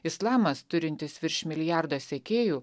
islamas turintis virš milijardo sekėjų